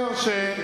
אומר